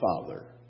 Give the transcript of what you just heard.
father